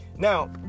Now